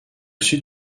sud